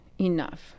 enough